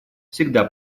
всегда